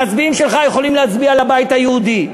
המצביעים שלך יכולים להצביע לבית היהודי,